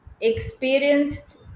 experienced